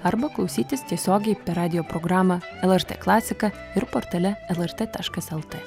arba klausytis tiesiogiai per radijo programą lrt klasika ir portale lrt taškas lt